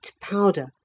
powder